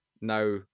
Now